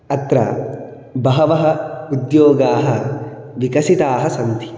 अत्र बहवः उद्योगाः विकसिताः सन्ति